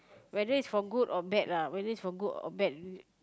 whether is for good or bad whether is for good or bad